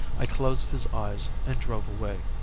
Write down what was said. i closed his eyes and drove away.